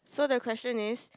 so the question is